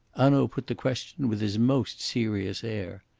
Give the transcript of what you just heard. hanaud put the question with his most serious air.